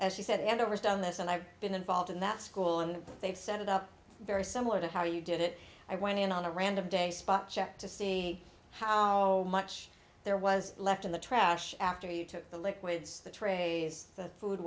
she said and over done this and i've been involved in that school and they've set it up very similar to how you did it i went in on a random day spot check to see how much there was left in the trash after you took the liquids the tray the food